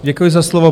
Děkuji za slovo.